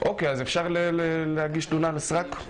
מאות אלפי שקלים ולפעמים גם מיליוני שקלים,